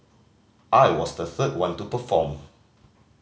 I was the third one to perform